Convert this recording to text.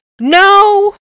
no